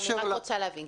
להבין,